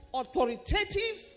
authoritative